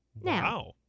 Wow